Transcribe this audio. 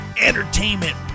entertainment